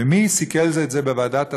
ומי סיכל את זה בוועדת השרים?